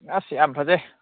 ꯑꯁ ꯌꯥꯝ ꯐꯖꯩ